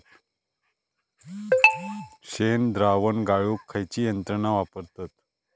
शेणद्रावण गाळूक खयची यंत्रणा वापरतत?